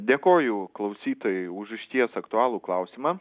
dėkoju klausytojui už išties aktualų klausimą